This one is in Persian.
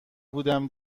بودم